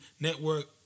Network